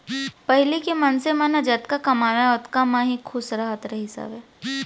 पहिली के मनसे मन ह जतका कमावय ओतका म ही खुस रहत रहिस हावय